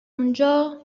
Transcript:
اونجا